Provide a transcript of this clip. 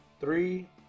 three